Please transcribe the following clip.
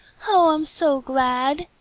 oh, i'm so glad!